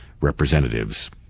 representatives